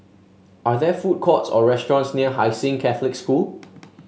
are there food courts or restaurants near Hai Sing Catholic School